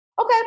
okay